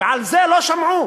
ועל זה לא שמעו